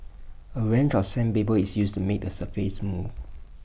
A range of sandpaper is used to make the surface smooth